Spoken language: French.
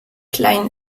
klein